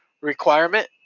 requirement